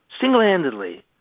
single-handedly